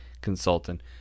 consultant